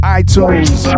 iTunes